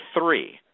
three